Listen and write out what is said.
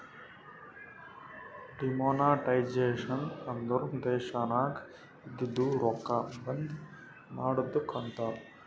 demonetisation ಅಂದುರ್ ದೇಶನಾಗ್ ಇದ್ದಿದು ರೊಕ್ಕಾ ಬಂದ್ ಮಾಡದ್ದುಕ್ ಅಂತಾರ್